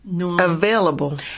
available